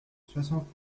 soixante